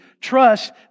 trust